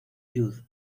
youth